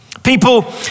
People